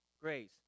Grace